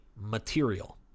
material